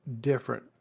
different